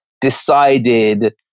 decided